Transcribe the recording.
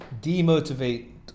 demotivate